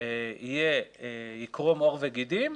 זה יקרום עור וגידים.